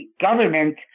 government